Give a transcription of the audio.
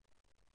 אותם.